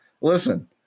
Listen